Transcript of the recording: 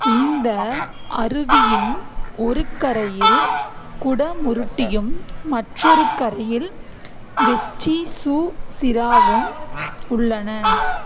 இந்த அருவியின் ஒரு கரையில் குடமுருட்டியும் மற்றொரு கரையில் வெச்சிசூசிராவும் உள்ளன